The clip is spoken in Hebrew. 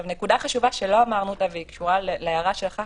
נקודה חשובה שלא אמרנו והיא קשורה להערה שלך,